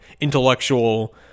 intellectual